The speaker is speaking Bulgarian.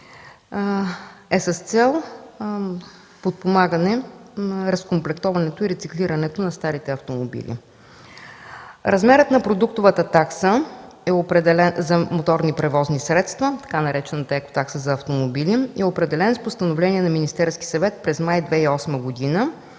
е с цел подпомагане на разкомплектоването и рециклирането на старите автомобили. Размерът на продуктовата такса за моторни превозни средства, така наречената „екотакса за автомобили”, е определен с постановление на Министерския съвет през май 2008 г.